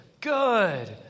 good